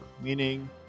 meaning